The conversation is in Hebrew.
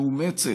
מאומצת,